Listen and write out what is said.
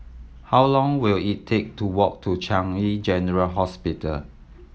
how long will it take to walk to Changi General Hospital